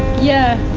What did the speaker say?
yeah.